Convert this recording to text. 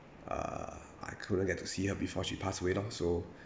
uh I couldn't get to see her before she passed away lor so